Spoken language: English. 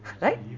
Right